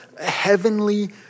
heavenly